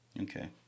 Okay